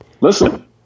Listen